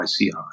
ICI